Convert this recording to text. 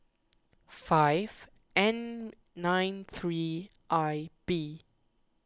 five N nine three I B